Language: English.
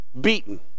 beaten